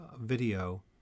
video